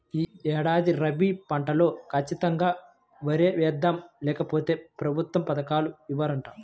యీ ఏడాది రబీ పంటలో ఖచ్చితంగా వరే యేద్దాం, లేకపోతె ప్రభుత్వ పథకాలు ఇవ్వరంట